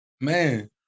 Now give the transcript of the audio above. Man